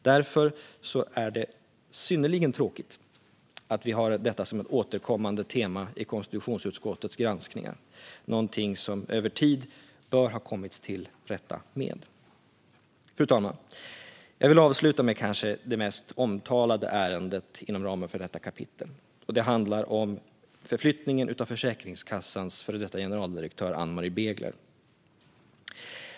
Därför är det synnerligen tråkigt att vi har detta som ett återkommande tema i konstitutionsutskottets granskningar - något som vi över tid bör ha kommit till rätta med. Fru talman! Jag vill avsluta med det kanske mest omtalade ärendet i detta kapitel. Det handlar om förflyttningen av Försäkringskassans före detta generaldirektör Ann-Marie Begler.